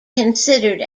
considered